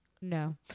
no